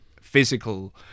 physical